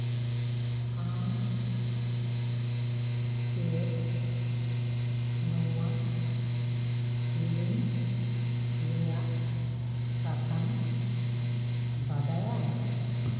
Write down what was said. ᱟᱢ ᱪᱮᱫ ᱱᱚᱣᱟ ᱥᱮᱨᱮᱧ ᱨᱮᱭᱟᱜ ᱠᱟᱛᱷᱟᱢ ᱵᱟᱰᱟᱭᱟ